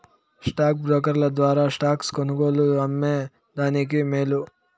stock బ్రోకర్ల ద్వారా stocks కొనుగోలు, అమ్మే దానికి మేలు